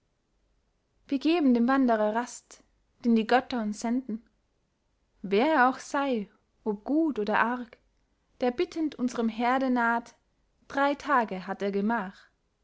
wir geben dem wanderer rast den die götter uns senden wer er auch sei ob gut oder arg der bittend unserem herde naht drei tage hat er gemach